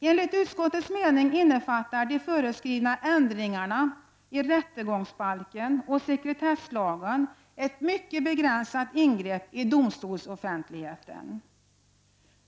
Enligt utskottets mening innefattar de föreskrivna ändringarna i rättegångsbalken och sekretesslagen ett mycket begränsat ingrepp i domstolsoffentligheten.